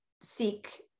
seek